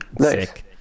sick